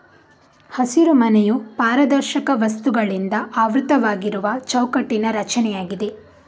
ಹಸಿರುಮನೆಯು ಪಾರದರ್ಶಕ ವಸ್ತುಗಳಿಂದ ಆವೃತವಾಗಿರುವ ಚೌಕಟ್ಟಿನ ರಚನೆಯಾಗಿದೆ